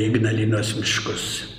ignalinos miškus